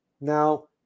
Now